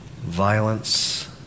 violence